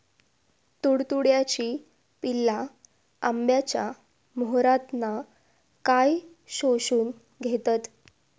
तुडतुड्याची पिल्ला आंब्याच्या मोहरातना काय शोशून घेतत?